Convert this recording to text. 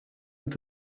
with